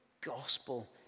gospel